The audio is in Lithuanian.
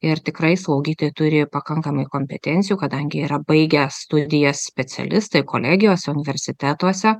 ir tikrai slaugytojai turi pakankamai kompetencijų kadangi yra baigę studijas specialistai kolegijose universitetuose